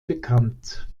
bekannt